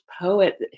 poet